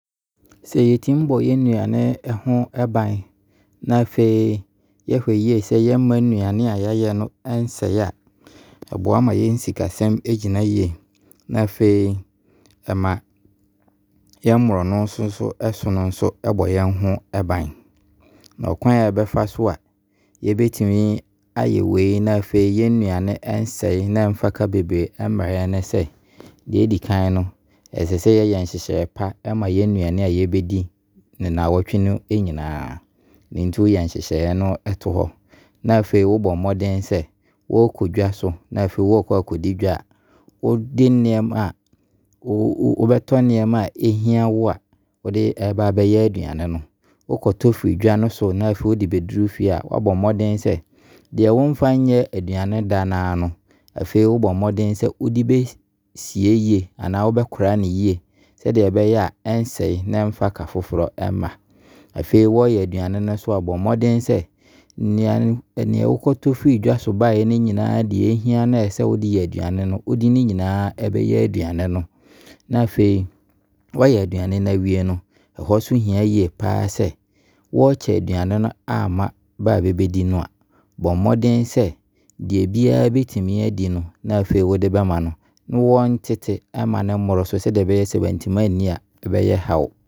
Sɛ yɛtumi bɔ yɛn nnuane ho ban na afei yɛhwɛ yie sɛ yɛmma nnuane a yɛayɛ no nsɛi a, ɛboa ma yɛn sikasɛm gyina yie. Na afei ɛma yɛn mmorɔno nso so no, ɛbɛ yɛho ban. Na ɔkwan a yɛbɛfa so a yɛbɛtumi ayɛ wei na afei ɛmfa ka bebree mmerɛ yɛn ne sɛ deɛ ɛdi kan no, ɛsɛ sɛ yɛyɛ nhyehyɛeɛ pa ma y[n nnuane a yɛbɛdi no nnawɔtwe no nyinaa. Ɛnti wo yɛ nhyehyɛeɛ no to hɔ a, na afei wo abɔ mmɔden sɛ wo kɔ dwaso na afei wɔkɔ akɔ di dwa a wo de nneɛma a, wo bɛtɔ nneɛma a ɛhia wo a, wo de ɛba bɛyɛ aduane no. Wo kɔtɔ firi dwaso na afei wo de bɛduru fie a, na afei wabɔ mmɔden sɛ deɛ wɔmfa nyɛ aduane da no a no, afei na wabɔ mmɔden sɛ wo de bɛsie yie anaa wo bɛkora no yie. Sɛdeɛ ɛbɛyɛ a ɛnsɛi na ɛmfa ka foforɔ mma. Afei wo yɛ aduane no nso a, bɔ mmɔden sɛ neɛ wo kɔtɔɔ firi dwaso baeɛ no nyinaa deɛ ɛhia sɛ wo de yɛ aduane no, wo de ne nyinaa bɛyɛ aduane no. Na afei wayɛ aduane no awei no hɔ nso hia yie paa sɛ, wɔkyɛ aduane no ama baa bɛbɛdi no a, bɔ mmɔden sɛ deɛ obiara bɛtumi adi no na afei wo de bɛma no na wɔntete mma no mmoro so. Sɛdeɛ ɛbɛyɛ a sɛ bɛantumi anni a ɛbɛyɛ haw.